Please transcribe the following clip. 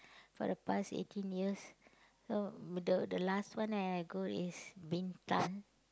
for the past eighteen years so the last I go to is Bintan